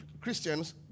Christians